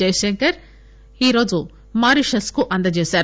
జయశంకర్ ఈరోజు మారిషస్ కు అందజేశారు